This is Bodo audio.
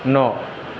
न'